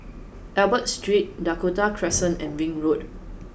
Albert Street Dakota Crescent and Ring Road